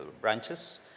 branches